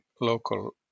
local